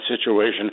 situation